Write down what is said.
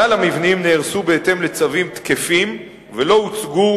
כלל המבנים נהרסו בהתאם לצווים תקפים ולא הוצגו